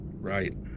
Right